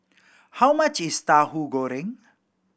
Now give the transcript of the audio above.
how much is Tahu Goreng